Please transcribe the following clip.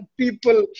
people